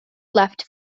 left